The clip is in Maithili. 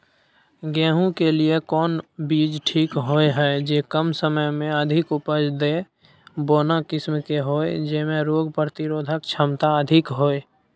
गेहूं के लिए कोन बीज ठीक होय हय, जे कम समय मे अधिक उपज दे, बौना किस्म के होय, जैमे रोग प्रतिरोधक क्षमता अधिक होय?